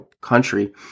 country